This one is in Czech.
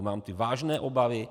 Mám vážné obavy.